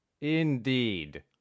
indeed